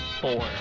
four